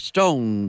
Stone